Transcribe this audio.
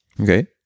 Okay